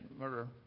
murder